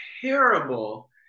terrible